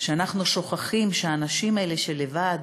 היא שאנחנו שוכחים שהאנשים האלה שהם לבד,